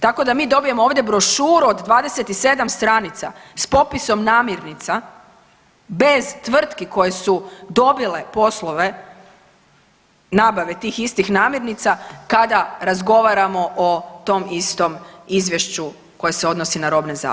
Tako da mi dobijemo ovdje brošuru od 27 stranica s popisom namirnica bez tvrtki koje su dobile poslove nabavke tih istih namirnica kada razgovaramo o tom istom izvješću koje se odnosi na robne zalihe.